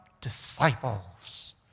Disciples